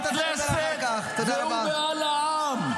הוא מעל הכנסת והוא מעל העם.